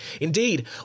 Indeed